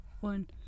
one